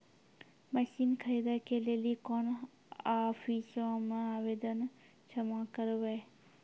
Machine खरीदै के लेली कोन आफिसों मे आवेदन जमा करवै?